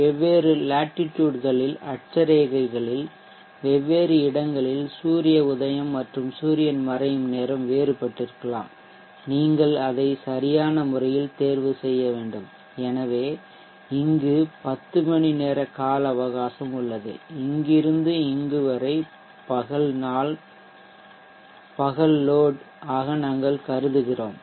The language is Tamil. வெவ்வேறு லேட்டிடுட்களில்அட்சரேகைகளில் வெவ்வேறு இடங்களில் சூரிய உதயம் முதல் சூரியன் மறையும் நேரம் வேறுபட்டிருக்கலாம் நீங்கள் அதை சரியான முறையில் தேர்வு செய்ய வேண்டும் எனவே இங்கு 10 மணிநேர கால அவகாசம் உள்ளது இங்கிருந்து இங்கு வரை பகல் நாள் லோட் ஆக நாங்கள் கருதுகிறோம்